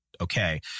Okay